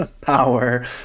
power